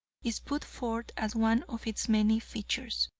is put forth as one of its many features.